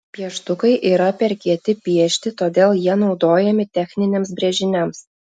pieštukai yra per kieti piešti todėl jie naudojami techniniams brėžiniams